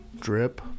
Drip